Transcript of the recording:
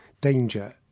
danger